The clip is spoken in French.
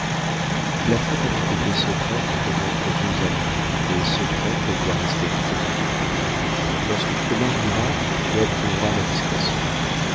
la fête a donc été secrète comme entre deux amants et secrète elle doit rester entre nous lorsque tu te marieras tu approuveras ma discrétion